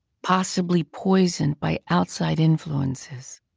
possibly poisoned by outside influences.